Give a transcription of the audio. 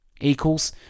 Equals